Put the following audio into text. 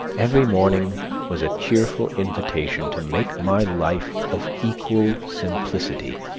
every morning was a cheerful invitation to make my life of equal simplicity,